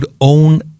own